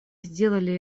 сделали